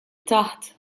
taħt